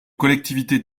collectivités